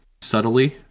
subtly